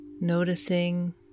noticing